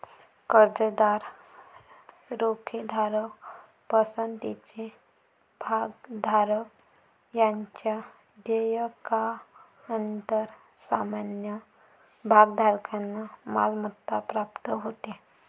कर्जदार, रोखेधारक, पसंतीचे भागधारक यांच्या देयकानंतर सामान्य भागधारकांना मालमत्ता प्राप्त होते